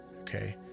okay